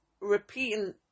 repeating